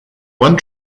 one